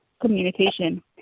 communication